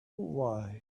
why